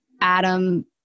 Adam